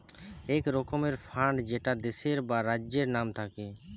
এক রকমের ফান্ড যেটা দেশের বা রাজ্যের নাম থাকে